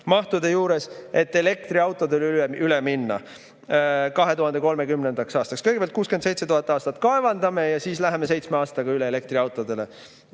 mahtude juures, et elektriautodele üle minna 2030. aastaks. Kõigepealt 67 000 aastat kaevandame ja siis läheme seitsme aastaga üle elektriautodele.